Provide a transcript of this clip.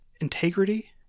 integrity